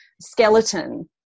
skeleton